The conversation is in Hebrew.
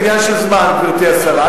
זה עניין של זמן, גברתי השרה.